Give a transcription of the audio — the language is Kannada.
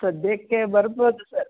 ಸದ್ಯಕ್ಕೆ ಬರ್ಬೋದು ಸರ್